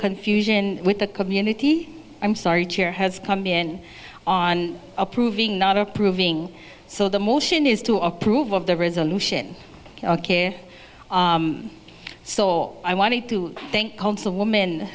confusion with the community i'm sorry chair has come in on approving not approving so the motion is to approve of the resolution ok so i wanted to thank consul woman